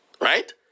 right